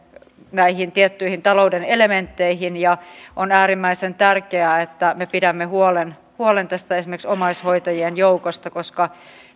näihin tiettyihin talouden elementteihin on äärimmäisen tärkeää että me pidämme huolen esimerkiksi tästä omaishoitajien joukosta koska